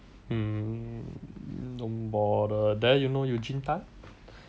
mm don't bother then you know eugene tan